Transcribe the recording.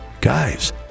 guys